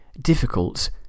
difficult